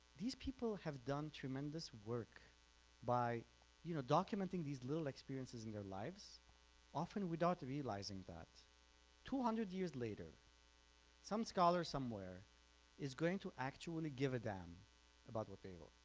these people have done tremendous work by you know documenting these little experiences in their lives often without realizing that two hundred years later some scholars somewhere is going to actually give a damn about what they wrote,